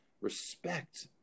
respect